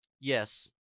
Yes